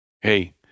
Hey